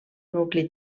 nucli